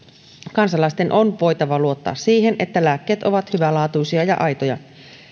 kansalaisten on voitava luottaa siihen että lääkkeet ovat hyvälaatuisia ja aitoja